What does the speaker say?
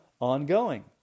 ongoing